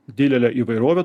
didelę įvairovę